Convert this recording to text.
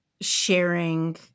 sharing